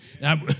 Now